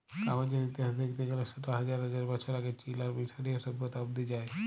কাগজের ইতিহাস দ্যাখতে গ্যালে সেট হাজার হাজার বছর আগে চীল আর মিশরীয় সভ্যতা অব্দি যায়